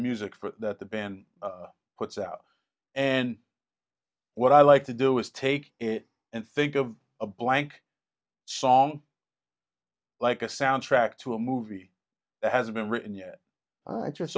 music for that the band puts out and what i like to do is take in and think of a blank song like a soundtrack to a movie has been written yet i just